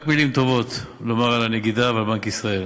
רק מילים טובות לומר על הנגידה ועל בנק ישראל.